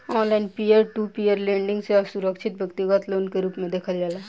online peer to peer lending के असुरक्षित व्यतिगत लोन के रूप में देखल जाला